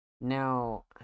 Now